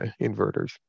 inverters